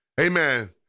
Amen